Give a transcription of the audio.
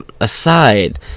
Aside